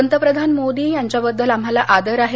पंतप्रधान मोदी यांच्याबद्दल आम्हाला आदर आहे